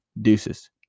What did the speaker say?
Deuces